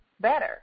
better